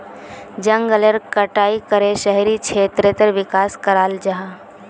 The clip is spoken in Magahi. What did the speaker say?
जनगलेर कटाई करे शहरी क्षेत्रेर विकास कराल जाहा